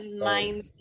mind